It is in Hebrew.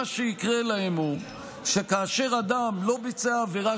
שמה שיקרה להם הוא שכאשר אדם לא ביצע עבירה